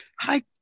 Hi